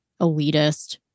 elitist